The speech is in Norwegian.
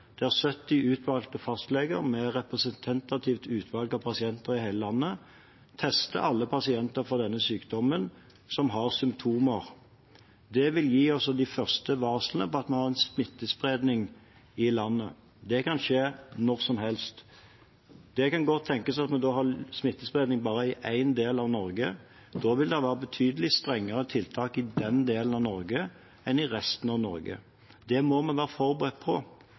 der 70 utvalgte fastleger med et representativt utvalg av pasienter i hele landet tester alle pasienter som har symptomer på denne sykdommen. Det vil gi oss de første varslene om at vi har en smittespredning i landet, og det kan skje når som helst. Det kan godt tenkes at om man da har smittespredning bare i én del av Norge, vil det være betydelig strengere tiltak i den delen av Norge enn i resten av landet. Det må vi være forberedt på.